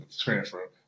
Transfer